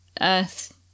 Earth